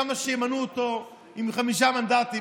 למה שימנו אותו עם חמישה מנדטים,